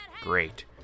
great